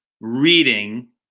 reading